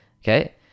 okay